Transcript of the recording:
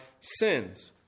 sins